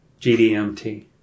GDMT